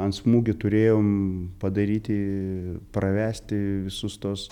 ant smūgio turėjom padaryti pravesti visus tuos